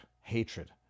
hatred